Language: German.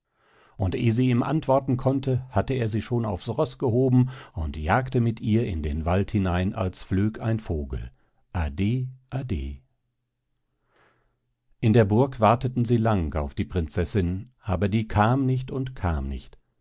und eh sie ihm antworten konnte hatte er sie schon aufs roß gehoben und jagte mit ihr in den wald hinein als flög ein vogel ade ade in der burg warteten sie lang auf die prinzessin aber die kam nicht und kam nicht